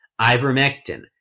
ivermectin